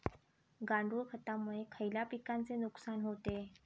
गांडूळ खतामुळे खयल्या पिकांचे नुकसान होते?